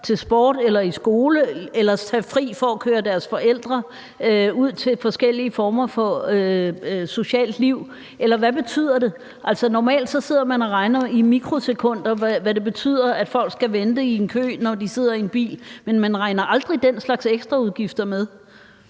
til sport eller i skole eller tage fri for at køre deres forældre ud til forskellige former for socialt liv – eller hvad det betyder. Normalt sidder man og regner i mikrosekunder, i forhold til hvad det betyder, at folk skal vente i en kø, når de sidder i en bil, men man regner aldrig den slags ekstraudgifter med.